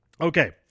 Okay